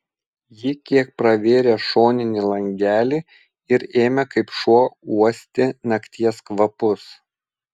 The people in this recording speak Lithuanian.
ji kiek pravėrė šoninį langelį ir ėmė kaip šuo uosti nakties kvapus